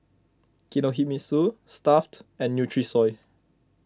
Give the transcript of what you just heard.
Kinohimitsu Stuff'd and Nutrisoy